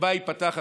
שבו ייפתחו החדשות.